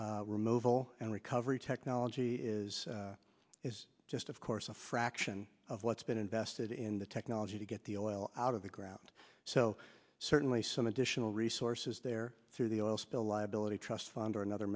response removal and recovery technology is is just of course a fraction of what's been invested in the technology to get the oil out of the ground so certainly some additional resources there through the oil spill liability trust fund or another